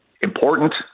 important